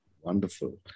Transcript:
Wonderful